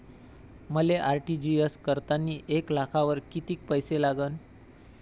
मले आर.टी.जी.एस करतांनी एक लाखावर कितीक पैसे लागन?